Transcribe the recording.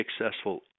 successful